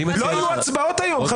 לא יהיו הצבעות היום.